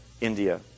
India